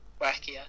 wackier